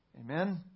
Amen